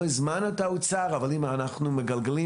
לא הזמנו את האוצר אבל אם אנחנו מגלגלים